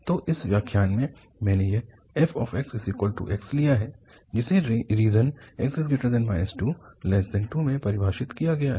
तो इस व्याख्यान में मैंने यह fxx लिया है जिसे रीजन 2x2 में परिभाषित किया गया है